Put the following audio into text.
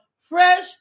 fresh